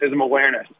Awareness